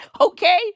Okay